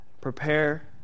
prepare